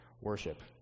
worship